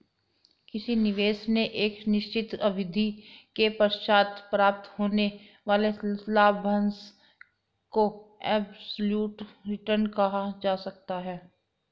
किसी निवेश में एक निश्चित अवधि के पश्चात प्राप्त होने वाले लाभांश को एब्सलूट रिटर्न कहा जा सकता है